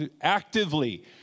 actively